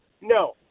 No